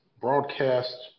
broadcast